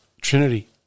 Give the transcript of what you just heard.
Trinity